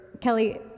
Kelly